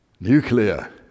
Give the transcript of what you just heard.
Nuclear